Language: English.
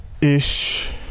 Ish